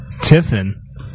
Tiffin